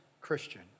Christian